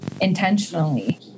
intentionally